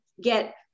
get